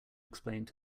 explained